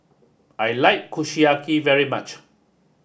I like Kushiyaki very much